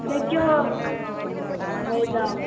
ইতা কিয় হয় দক